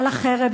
על החרב.